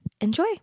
Enjoy